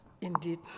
Indeed